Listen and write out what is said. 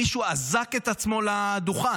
מישהו אזק את עצמו לדוכן.